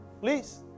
Please